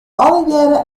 allegearre